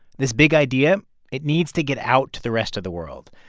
this big idea it needs to get out to the rest of the world.